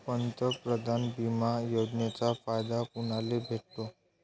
पंतप्रधान बिमा योजनेचा फायदा कुनाले भेटतो?